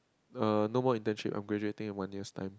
er no more internship I'm graduating in one year's time